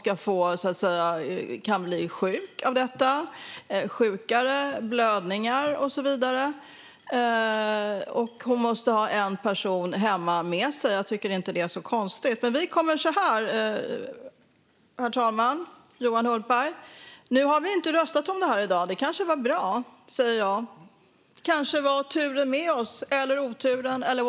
Kan hon bli sjuk av detta, få andra blödningar och så vidare? Hon måste också ha en person med sig hemma. Det tycker jag inte är konstigt. Herr talman! Johan Hultberg! Vi har inte röstat om det här i dag. Det var kanske bra. Vi hade kanske turen med oss, eller oturen - whatever!